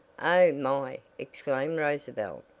oh, my! exclaimed rosabel,